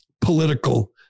political